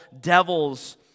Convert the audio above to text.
devils